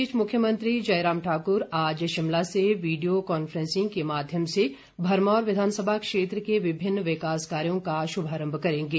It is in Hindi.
इस बीच मुख्यमंत्री जयराम ठाकुर आज शिमला से वीडियो कांफ्रेंसिंग के माध्यम से भरमौर विधानसभा क्षेत्र के विभिन्न विकास कार्यो का शुभारंभ करेंगे